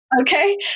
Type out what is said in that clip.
Okay